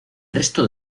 resto